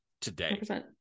today